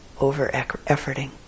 over-efforting